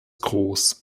groß